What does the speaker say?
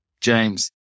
James